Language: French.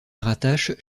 rattachent